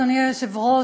אדוני היושב-ראש,